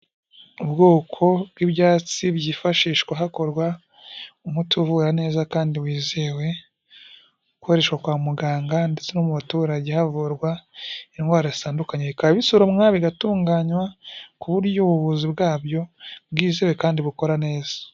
Ubwoko bw'ibyatsi byifashishwa hakorwa umuti uvura neza kandi wizewe ukoreshwa kwa muganga ndetse no mu baturage havurwa indwara zitandukanye. Bikaba bisoromwa, bigatunganywa, ku buryo ubuvuzi bwabyo bwizewe kandi bukora neza.